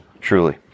truly